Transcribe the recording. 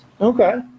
Okay